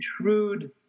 shrewd